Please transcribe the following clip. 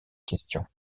question